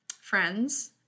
friends